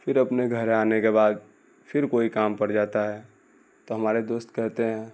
پھر اپنے گھر آنے کے بعد پھر کوئی کام پڑ جاتا ہے تو ہمارے دوست کہتے ہیں